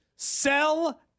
sell